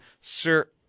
Sir